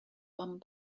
one